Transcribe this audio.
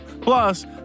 Plus